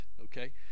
Okay